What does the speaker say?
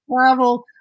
travel